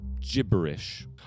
gibberish